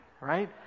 right